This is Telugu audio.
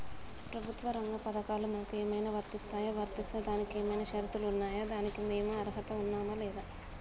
ప్రభుత్వ రంగ పథకాలు మాకు ఏమైనా వర్తిస్తాయా? వర్తిస్తే దానికి ఏమైనా షరతులు ఉన్నాయా? దానికి మేము అర్హత ఉన్నామా లేదా?